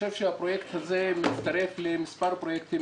הפרויקט הזה מצטרף למספר פרויקטים